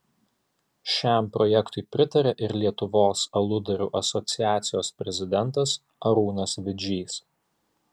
šiam projektui pritaria ir lietuvos aludarių asociacijos prezidentas arūnas vidžys